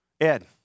Ed